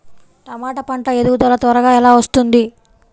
టమాట పంట ఎదుగుదల త్వరగా ఎలా వస్తుంది?